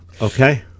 Okay